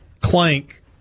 clank